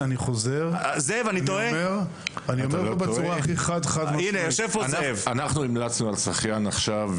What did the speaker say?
אני אומר בצורה חד-משמעית --- אני זאב עצמון